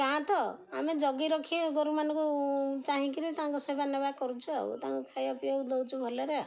ଗାଁ ତ ଆମେ ଜଗି ରଖି ଗୋରୁମାନଙ୍କୁ ଚାହିଁ କରି ତାଙ୍କ ସେବା ନେବା କରୁଛୁ ଆଉ ତାଙ୍କୁ ଖାଇବା ପିଇବାକୁ ଦେଉଛୁ ଭଲରେ ଆଉ